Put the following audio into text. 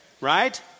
Right